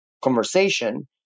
conversation